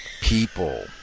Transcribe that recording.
people